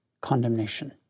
condemnation